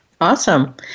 Awesome